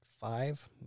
five